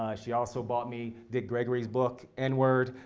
she also bought me dick gregory's book, n-word.